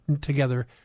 together